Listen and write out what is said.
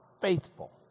faithful